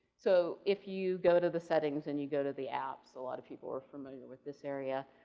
so, if you go to the settings and you go to the app, so lot of people are familiar with this area